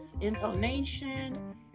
intonation